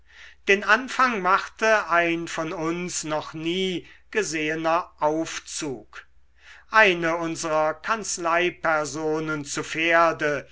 den anfang machte ein von uns noch nie gesehener aufzug eine unserer kanzleipersonen zu pferde